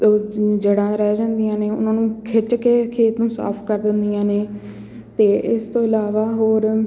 ਜੜ੍ਹਾਂ ਰਹਿ ਜਾਂਦੀਆਂ ਨੇ ਉਹਨਾਂ ਨੂੰ ਖਿੱਚ ਕੇ ਖੇਤ ਨੂੰ ਸਾਫ਼ ਕਰ ਦਿੰਦੀਆਂ ਨੇ ਅਤੇ ਇਸ ਤੋਂ ਇਲਾਵਾ ਹੋਰ